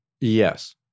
Yes